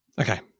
Okay